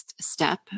step